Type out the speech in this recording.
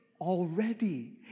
already